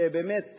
ובאמת,